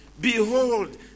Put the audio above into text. Behold